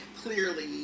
Clearly